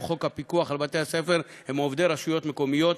חוק הפיקוח על בתי-הספר הם עובדי רשויות מקומיות,